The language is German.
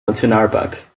nationalpark